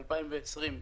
ב-2020,